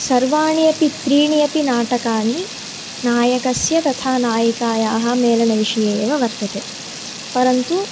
सर्वाणि अपि त्रीणि अपि नाटकानि नायकस्य तथा नायिकायाः मेलनविषये एव वर्तते परन्तु